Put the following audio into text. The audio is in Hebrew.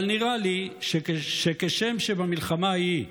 אבל נראה לי שכשם שבמלחמה ההיא אז,